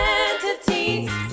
entities